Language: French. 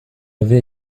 avait